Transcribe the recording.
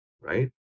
right